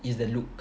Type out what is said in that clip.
is the look